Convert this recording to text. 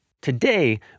today